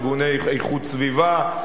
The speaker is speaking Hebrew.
ארגוני איכות סביבה,